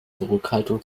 zurückhaltung